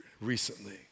recently